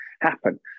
happen